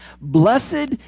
Blessed